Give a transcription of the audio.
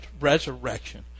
resurrection